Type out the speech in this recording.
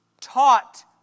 taught